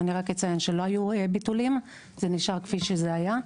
אציין שלא היו ביטולים נשאר כפי שהיה.